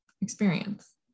experience